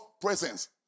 presence